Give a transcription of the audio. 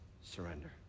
Surrender